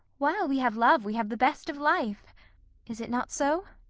while we have love we have the best of life is it not so?